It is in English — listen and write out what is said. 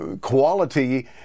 quality